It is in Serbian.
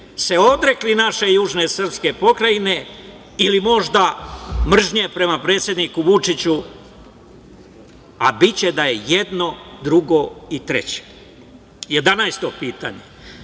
se odrekli naše južne srpske pokrajine ili možda mržnje prema predsedniku Vučiću, a biće da je jedno, drugo i treće. Jedanaesto